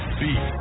beat